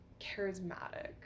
charismatic